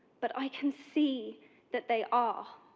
but i can see that they are.